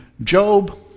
Job